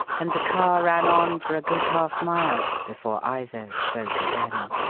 and the car ran on for a good half mile before either spoke again.